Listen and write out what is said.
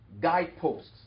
guideposts